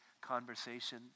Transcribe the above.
conversation